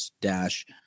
dash